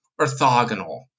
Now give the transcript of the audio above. orthogonal